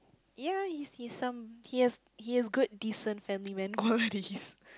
ya he's he's some he has he has good decent family man qualities